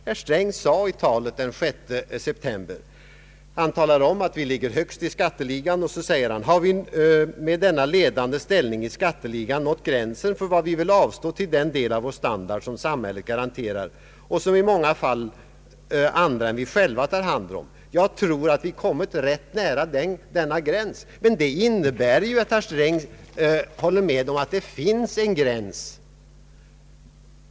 Herr Sträng nämnde i sitt tal på partikongressen den 6 september 1969 att vi ligger högst i skatteligan och sade: ”Har vi med denna ledande ställning i skatteligan nått gränsen för vad vi vill avstå till den del av vår standard som samhället garanterar och som i många fall andra än vi själva tar hand om? Jag tror att vi kommit rätt nära denna gräns.” Men det innebär ju att herr Sträng håller med om att det finns en gräns.